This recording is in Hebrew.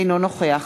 אינו נוכח